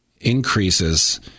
increases